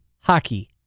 hockey